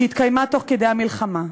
שהתקיימה תוך כדי המלחמה,